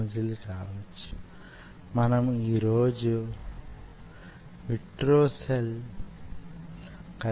కానీ ఇవి కేవలం మ్యో ట్యూబ్ వంటివి కావు